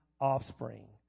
offspring